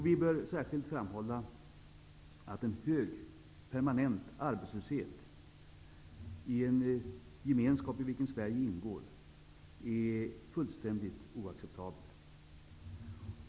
Vi bör särskilt framhålla att en hög permanent arbetslöshet inom en gemenskap i vilken Sverige ingår är fullständigt oacceptabel.